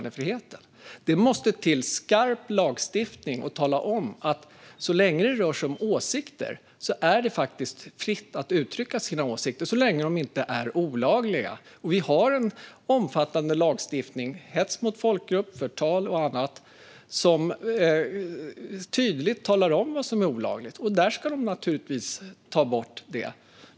Det måste till skarp lagstiftning som talar om att det faktiskt är fritt fram att uttrycka sina åsikter så länge de inte är olagliga. Vi har en omfattande lagstiftning, om hets mot folkgrupp, förtal och annat, som tydligt talar om vad som är olagligt. Då ska de naturligtvis ta bort det.